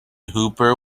hooper